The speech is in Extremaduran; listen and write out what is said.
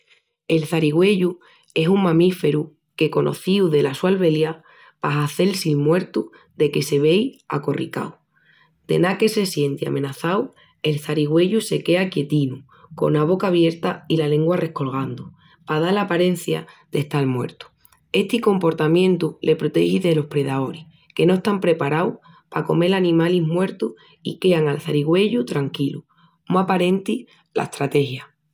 El çarigüeyu es un mamíferu qu'es conocíu dela su albeliá pa hazel-si'l muertu deque se vei acorricau. De ná que se sienti amenazau, el çarigüeyu se quea quietinu, cona boca abierta i la lengua rescolgandu, pa dal aparencia d'estal muertu. Esti comportamientu le protegi delos predaoris, que no están preparaus pa comel animalis muertus i quean al çarigüeyu tranquilu. Mu aparenti la estrategia!